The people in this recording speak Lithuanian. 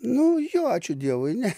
nu jo ačiū dievui ne